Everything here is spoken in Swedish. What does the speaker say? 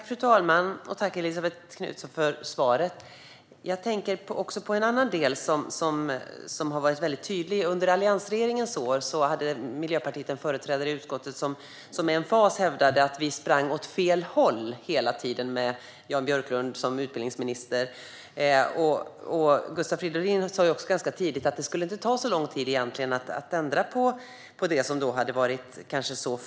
Fru talman! Jag tackar Elisabet Knutsson för svaret. Jag tänker också på en annan del som har varit väldigt tydlig. Under alliansregeringens år hade Miljöpartiet en företrädare i utskottet som med emfas hävdade att vi hela tiden sprang åt fel håll med Jan Björklund som utbildningsminister. Gustav Fridolin sa också ganska tidigt att det inte skulle ta så lång tid att ändra på det som hade varit fel.